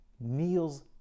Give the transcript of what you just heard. kneels